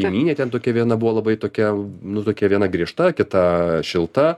kaimynė ten tokia viena buvo labai tokia nu tokia viena griežta kita šilta